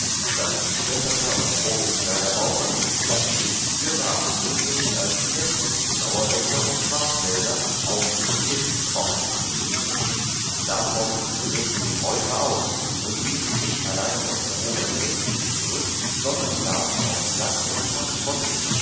dann die spesserter und vogelsberger bauren lassen sich fürwahr sowenig als die hessen sauerländer und schwarzwälder auf ihrem mist foppen davon rissen die reuter aus und ließen nicht allein das eroberte rindviehe zurück sondern warfen auch sack und pack von sich